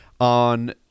on